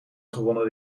gewonnen